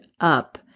up